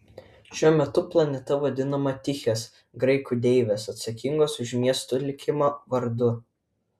šiuo metu planeta vadinama tichės graikų deivės atsakingos už miestų likimą vardu